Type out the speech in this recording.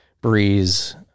Breeze